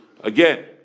Again